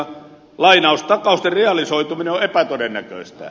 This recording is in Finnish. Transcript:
takausten realisoituminen on epätodennäköistä